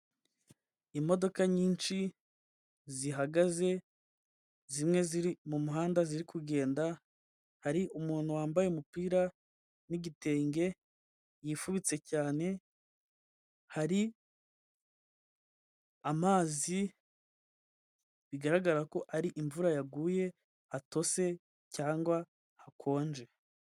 Imodoka nyinshi zihagaze, zimwe ziri mu muhanda ziri kugenda, hari umuntu wambaye umupira n'igitenge yifubitse cyane, hari amazi bigaragara ko ari imvura yaguye, hatose cyangwa hakonje.